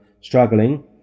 struggling